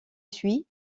suit